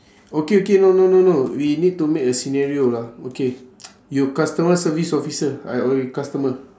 okay okay no no no no we need to make a scenario lah okay you customer service officer I will be customer